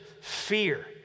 fear